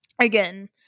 Again